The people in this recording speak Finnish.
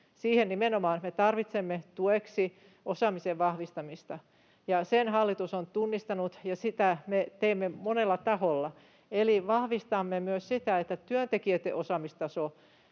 me nimenomaan tarvitsemme tueksi osaamisen vahvistamista. Sen hallitus on tunnistanut, ja sitä me teemme monella taholla, eli vahvistamme myös sitä, että työntekijöitten osaamistaso